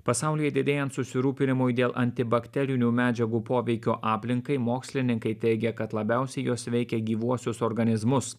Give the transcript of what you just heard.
pasaulyje didėjant susirūpinimui dėl antibakterinių medžiagų poveikio aplinkai mokslininkai teigia kad labiausiai jos veikia gyvuosius organizmus